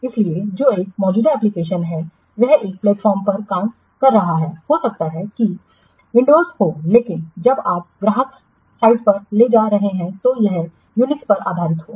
इसलिए जो एक मौजूदा एप्लिकेशन है वह एक प्लेटफ़ॉर्म पर काम कर रहा है हो सकता है कि विंडोज़ हो लेकिन जब आप ग्राहक साइट पर ले जा रहे हों और यह यूनिक्स पर आधारित हो